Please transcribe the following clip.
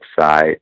side